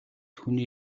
хүний